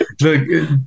look